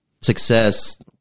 success